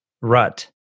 rut